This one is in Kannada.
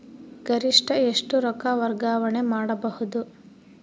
ಗರಿಷ್ಠ ಎಷ್ಟು ರೊಕ್ಕ ವರ್ಗಾವಣೆ ಮಾಡಬಹುದು?